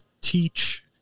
teach